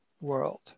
world